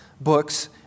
books